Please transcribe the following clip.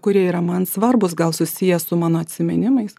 kurie yra man svarbūs gal susiję su mano atsiminimais